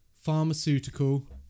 pharmaceutical